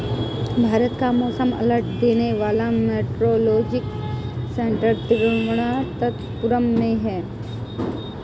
भारत का मौसम अलर्ट देने वाला मेट्रोलॉजिकल सेंटर तिरुवंतपुरम में है